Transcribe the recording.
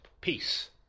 peace